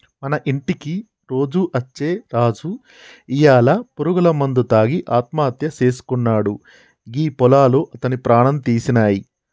మన ఇంటికి రోజు అచ్చే రాజు ఇయ్యాల పురుగుల మందు తాగి ఆత్మహత్య సేసుకున్నాడు గీ పొలాలు అతని ప్రాణం తీసినాయి